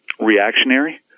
reactionary